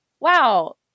wow